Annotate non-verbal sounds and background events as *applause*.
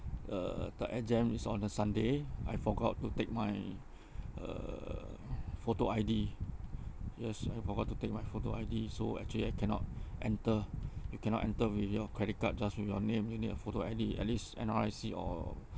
uh the exam is on a sunday I forgot to take my *breath* uh *breath* photo I_D yes I forgot to take my photo I_D so actually I cannot *breath* enter *breath* you cannot enter with your credit card just with your name you need a photo I_D at least N_R_I_C or